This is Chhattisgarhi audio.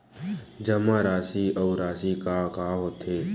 जमा राशि अउ राशि का होथे?